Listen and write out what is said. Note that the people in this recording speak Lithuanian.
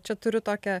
čia turiu tokią